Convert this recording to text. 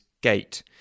gate